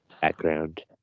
background